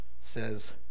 says